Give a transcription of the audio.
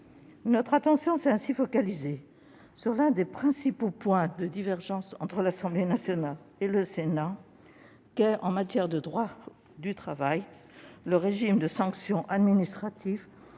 Notre attention s'est ainsi focalisée sur l'un des principaux points de divergence entre l'Assemblée nationale et le Sénat, qui est, en matière de droit du travail, le régime de sanction administrative